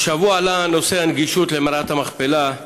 השבוע עלה נושא הנגישות של מערת המכפלה,